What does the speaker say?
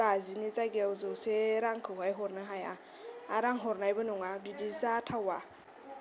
बाजिनि जायगायाव जौसे रांखौहाय हरनो हाया आरो आं हरनायबो नङा बिदि जाथावा